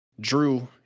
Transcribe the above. Drew